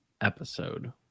episode